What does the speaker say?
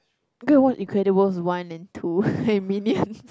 go and watch Incredibles One and two and Minions